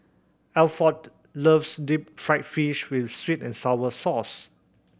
Alford loves deep fried fish with sweet and sour sauce